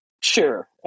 Sure